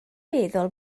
meddwl